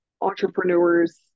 entrepreneurs